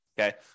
okay